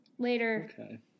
Later